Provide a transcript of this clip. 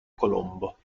colombo